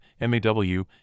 MAW